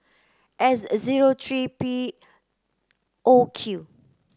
S zero three P O Q